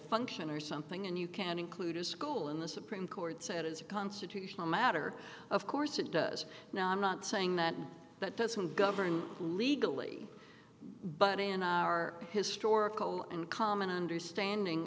function or something and you can include a school in the supreme court said as a constitutional matter of course it does now i'm not saying that that doesn't govern legally but in our historical and common understanding